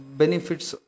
benefits